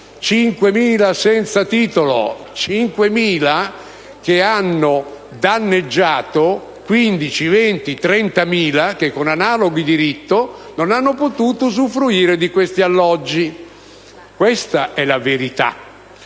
5.000 senza titolo, che hanno danneggiato 15.000, 20.000 o 30.000 che, con analogo diritto, non hanno potuto usufruire di questi alloggi. Questa è la verità.